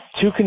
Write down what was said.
two